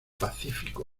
pacífico